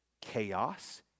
chaos